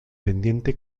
pendiente